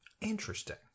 Interesting